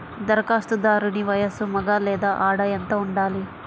ధరఖాస్తుదారుని వయస్సు మగ లేదా ఆడ ఎంత ఉండాలి?